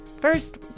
First